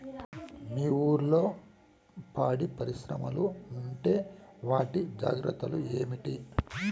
మీ ఊర్లలో పాడి పరిశ్రమలు ఉంటే వాటి జాగ్రత్తలు ఏమిటి